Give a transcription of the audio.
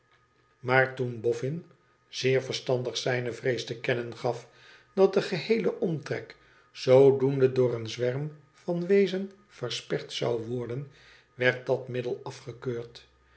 maar toen boffin zeer verstandig zijne vrees te kennen gaf dat de geheele omtrek zoodoende door een zwerm van weezen versperd zou worden werd dat middel afgekeurd